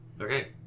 Okay